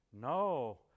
No